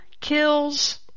kills